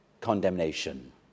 condemnation